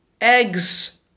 eggs